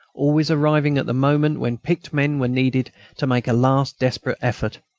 always arriving at the moment when picked men were needed to make a last desperate effort.